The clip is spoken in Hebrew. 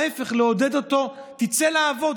להפך, לעודד אותו: תצא לעבוד.